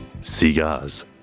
cigars